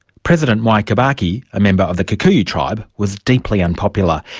president mwai kibaki, a member of the kikuyu tribe was deeply unpopular.